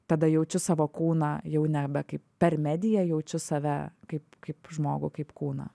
tada jaučiu savo kūną jau nebe kaip per mediją jaučiu save kaip kaip žmogų kaip kūną